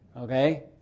Okay